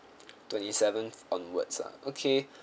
twenty seventh onwards ah okay